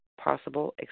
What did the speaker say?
possible